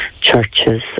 churches